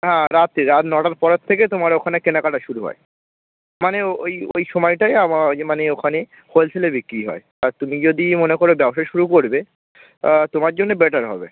হ্যাঁ রাতে রাত নটার পরের থেকে তোমার ওখানে কেনাকাটা শুরু হয় মানে ওই ওই সময়টায় আমা ওই যে মানে ওখানে হোলসেলে বিক্কিরি হয় আর তুমি যদি মনে করো ব্যবসা শুরু করবে তোমার জন্যে বেটার হবে